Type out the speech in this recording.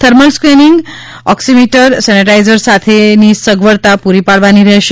thermal scanning oximeter sanitizer સાથે ની સગવડતા પુરી પાડવાની રહેશે